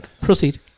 proceed